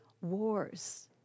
wars